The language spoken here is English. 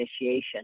initiation